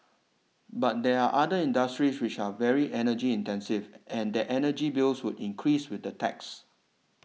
but there are other industries which are very energy intensive and their energy bills would increase with the tax